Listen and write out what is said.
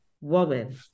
woman